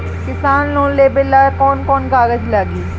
किसान लोन लेबे ला कौन कौन कागज लागि?